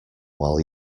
while